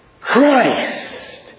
Christ